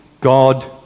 God